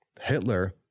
Hitler